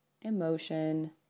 emotion